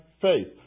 faith